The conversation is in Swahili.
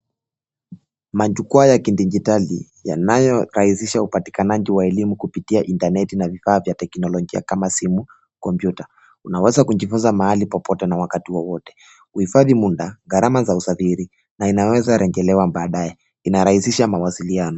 Majukwaa ya kijidigitali yanayo rahisisha upatikanaji wa elimu kupitia intaneti na vifaa vya teknologia kama simu, komputa. Unaweza kujifunza mahali popote na wakati wowote. huhifadhi muda gharama za usafiri na inaweza regelewa baadaye, inarahisisha mawasiliano.